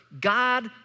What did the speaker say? God